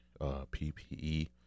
PPE